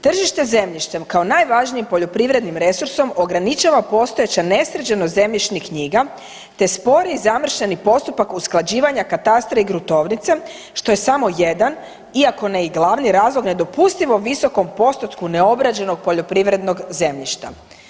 Tržište zemljištem kao najvažnijim prirodnim resursom ograničava postojeća nesređenost zemljišnih knjiga te spori i zamršeni postupak usklađivanja katastra i gruntovnice što je samo jedan iako ne i glavni razlog nedopustivo visokom postotku neobrađenog poljoprivrednog zemljišta.